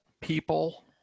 people